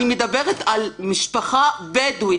אני מדברת על משפחה בדואית.